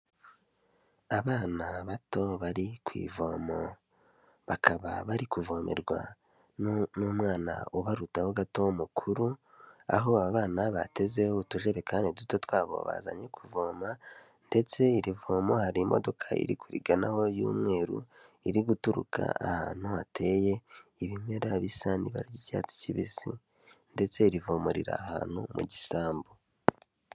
Abana bato bari ku ivomo, bakaba bari kuvomerwa n'umwana ubarutaho gato mukuru, aho aba abana batezeho utujerekani duto twabo bazanye kuvoma, ndetse iri vomo hari imodoka iri kuriganaho y'umweru, iri guturuka ahantu hateye ibimera bisa n'ibara cyatsi kibisi. Ndetse iri vomo riri ahantu mu gisambo.